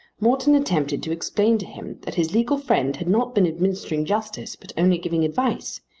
morton attempted to explain to him that his legal friend had not been administering justice but only giving advice.